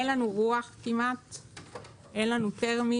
אין לנו כמעט רוח, אין לנו תרמי,